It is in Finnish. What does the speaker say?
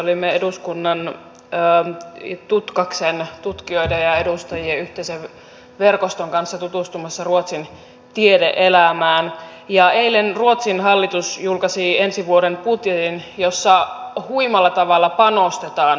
olimme eduskunnan tutkaksen tutkijoiden ja edustajien yhteisen verkoston kanssa tutustumassa ruotsin tiede elämään ja eilen ruotsin hallitus julkaisi ensi vuoden budjetin jossa huimalla tavalla panostetaan koulutukseen